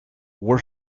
were